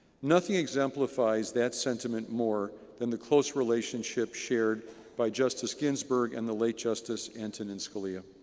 nothing exemplefies that sentiment more than the close relationship shared by justice ginsberg and the late justice antonin scalia.